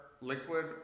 liquid